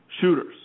shooters